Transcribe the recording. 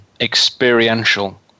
experiential